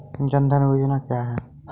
जनधन योजना क्या है?